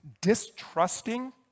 distrusting